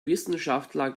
wissenschaftler